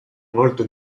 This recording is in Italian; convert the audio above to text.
molto